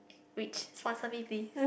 which sponsor me please